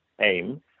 aim